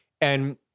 and-